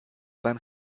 beim